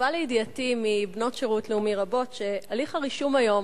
הובא לידיעתי מבנות שירות לאומי רבות שהליך הרישום היום